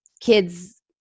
Kids